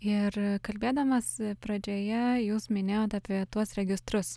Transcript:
ir kalbėdamas pradžioje jūs minėjot apie tuos registrus